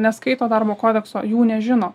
neskaito darbo kodekso jų nežino